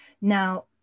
now